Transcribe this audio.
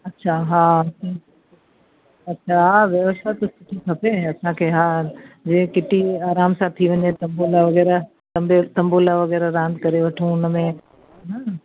अच्छा हा किटी अच्छा हा व्यवस्था त सुठी खपे असांखे हा जीअं किटी आरामु सां थी वञे त बोल वग़ैरह तम तंबोला वग़ैरह रांधि करे वठूं हुन में